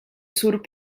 surt